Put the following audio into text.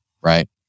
right